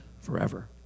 forever